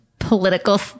political